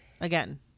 Again